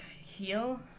heal